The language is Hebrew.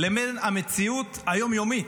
לבין המציאות היום-יומית,